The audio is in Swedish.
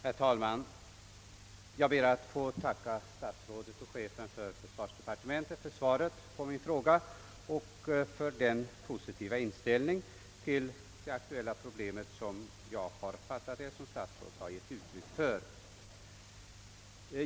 Herr talman! Jag ber att få tacka statsrådet och chefen för försvarsdepartementet för svaret på min interpellation och för den positiva inställning till det aktuella problemet som statsrådet enligt min mening har givit uttryck för.